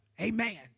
Amen